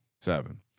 Seven